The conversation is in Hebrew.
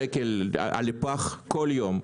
שקל לפח כל יום.